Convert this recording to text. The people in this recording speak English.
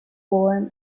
warm